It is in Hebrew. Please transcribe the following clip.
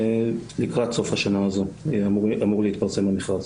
לקראת סוף השנה הזו אמור להתפרסם המכרז.